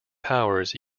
powers